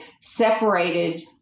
separated